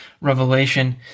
revelation